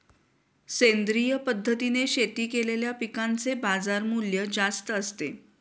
सेंद्रिय पद्धतीने शेती केलेल्या पिकांचे बाजारमूल्य जास्त असते